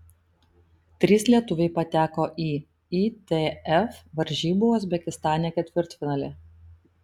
trys lietuviai pateko į itf varžybų uzbekistane ketvirtfinalį